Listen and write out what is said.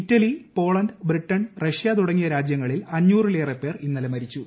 Italy Poland Britain Russia തുടങ്ങിയ രാജ്യങ്ങളിൽ അഞ്ഞൂറിലേറെ പേർ ഇന്നലെ മരിച്ചു